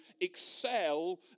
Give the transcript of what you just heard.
excel